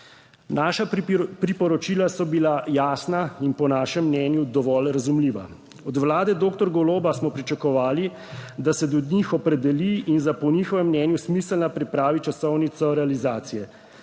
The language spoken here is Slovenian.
Naša priporočila so bila jasna in po našem mnenju dovolj razumljiva. Od vlade doktor Goloba smo pričakovali, da se do njih opredeli in po njihovem mnenju smiselno pripravi časovnico realizacije.